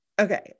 Okay